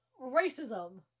Racism